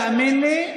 תאמין לי,